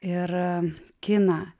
ir kiną